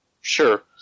Sure